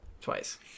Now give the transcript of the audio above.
twice